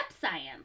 science